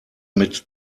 mit